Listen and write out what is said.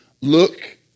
look